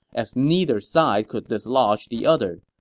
as neither side could dislodge the other.